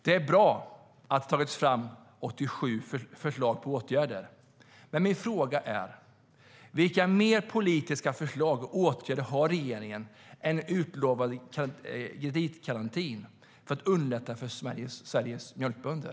Det är bra att det har tagits fram 87 förslag på åtgärder. Men min fråga är: Vilka andra politiska förslag och åtgärder har regeringen, utöver den utlovade kreditgarantin, för att underlätta för Sveriges mjölkbönder?